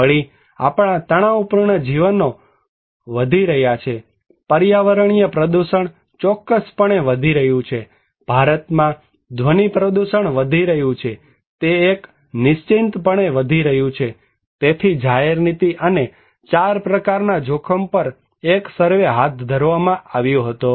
વળી આપણા તણાવપૂર્ણ જીવનો વધી રહ્યા છે પર્યાવરણીય પ્રદુષણ ચોક્કસપણે વધી રહ્યું છે ભારતમાં ધ્વનિ પ્રદૂષણ વધી રહ્યું છે તે નિશ્ચિતપણે વધી રહ્યું છે તેથી જાહેર નીતિ અને ચાર પ્રકારના જોખમ પર એક સર્વે હાથ ધરવામાં આવ્યો હતો